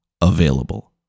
available